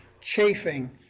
chafing